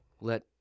let